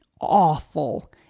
awful